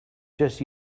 just